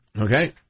Okay